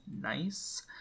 nice